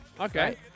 Okay